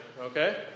okay